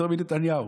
יותר מנתניהו.